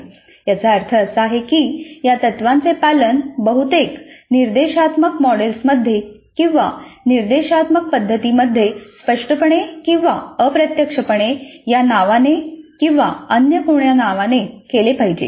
याचा अर्थ असा की या तत्त्वांचे पालन बहुतेक निर्देशात्मक मॉडेल्समध्ये किंवा निर्देशात्मक पद्धतींमध्ये स्पष्टपणे किंवा अप्रत्यक्षपणे या नावाने किंवा अन्य कोणा नावाने केले पाहिजे